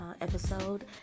episode